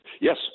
Yes